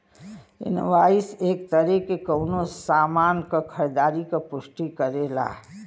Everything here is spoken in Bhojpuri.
इनवॉइस एक तरे से कउनो सामान क खरीदारी क पुष्टि करेला